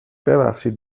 ببخشید